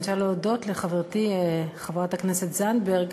אני רוצה להודות לחברתי חברת הכנסת זנדברג